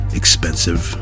expensive